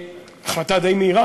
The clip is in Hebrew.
החלטה די מהירה,